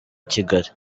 kigali